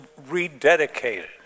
rededicated